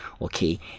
Okay